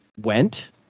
went